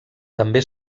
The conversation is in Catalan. també